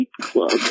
club